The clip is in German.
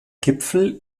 gipfel